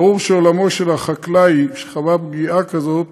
ברור שעולמו של החקלאי שחווה פגיעה כזאת